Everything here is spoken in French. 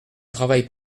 travail